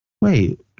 Wait